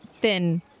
thin